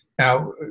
Now